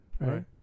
Right